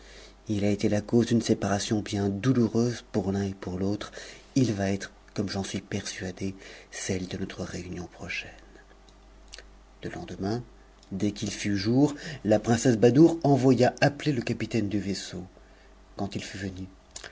il a été la cause d'une séparation bien douloureuse pour l'un et pour l'autre il va être comme j'en suis persuadée celle de notre réunion prochaine o le lendemain dès qu'il fut jour la princesse badoure envoya appeier le capitaine du vaisseau quand il fut venu